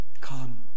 Come